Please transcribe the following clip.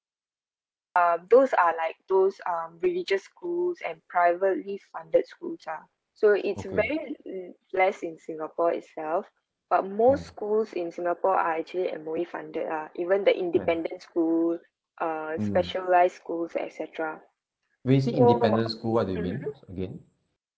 um those are like those um religious schools and privately funded schools lah so it's very mm less in singapore itself but most schools in singapore are actually M_O_E funded lah even the independent school err specialised schools etcetera